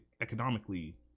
economically